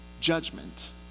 judgment